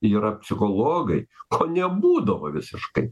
yra psichologai o nebūdavo visiškai